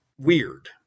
weird